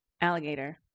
Alligator